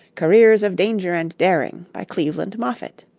careers of danger and daring by cleveland moffett